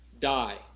die